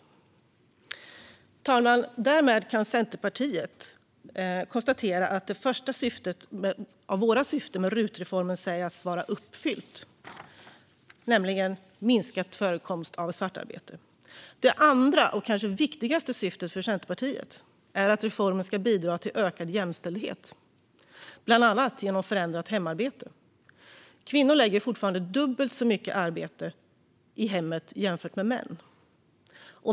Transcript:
Fru talman! Därmed kan Centerpartiet konstatera att det första syftet av våra syften med RUT-reformen kan sägas vara uppfyllt, nämligen minskad förekomst av svartarbete. Det andra och kanske viktigaste syftet för Centerpartiet är att reformen ska bidra till ökad jämställdhet, bland annat genom förändrat hemarbete. Kvinnor lägger fortfarande ned dubbelt så mycket arbete i hemmet jämfört med män.